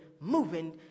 moving